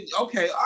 okay